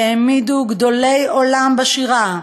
העמידו גדולי עולם בשירה,